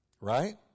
Right